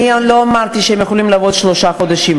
אני לא אמרתי שהם יכולים לעבוד רק שלושה חודשים.